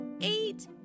eight